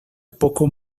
poco